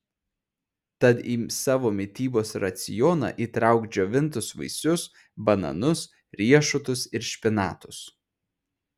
tad į savo mitybos racioną įtrauk džiovintus vaisius bananus riešutus ir špinatus